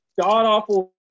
god-awful